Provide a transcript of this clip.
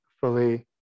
fully